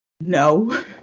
no